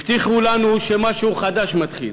הבטיחו לנו שמשהו חדש מתחיל,